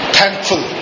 Thankful